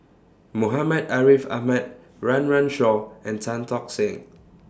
Muhammad Ariff Ahmad Run Run Shaw and Tan Tock Seng